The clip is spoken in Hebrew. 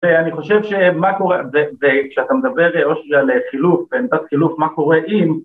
ואני חושב שמה קורה, כשאתה מדבר אושרי על חילוף, בעמדת חילוף מה קורה אם